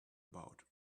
about